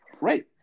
Right